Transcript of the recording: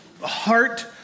heart